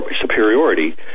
superiority